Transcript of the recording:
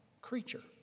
creature